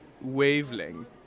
wavelength